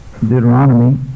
Deuteronomy